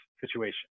situation